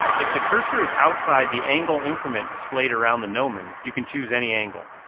if the cursor is outside the angle increment displayed around the gnomon, you can choose any angle.